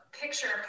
picture